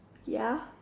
ya